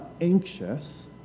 anxious